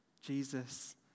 Jesus